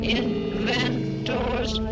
inventors